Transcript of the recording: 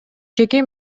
жеке